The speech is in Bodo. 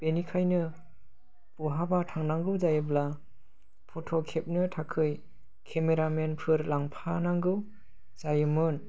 बेनिखायनो बहाबा थांनांगौ जायोब्ला फट' खेबनो थाखाय केमेरामेनफोर लांफानांगौ जायोमोन